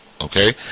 Okay